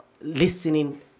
listening